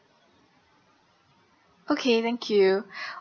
okay thank you